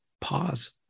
pause